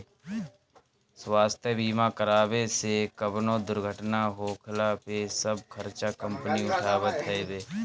स्वास्थ्य बीमा करावे से कवनो दुर्घटना होखला पे सब खर्चा कंपनी उठावत हवे